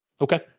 Okay